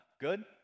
good